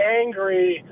angry